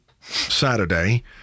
Saturday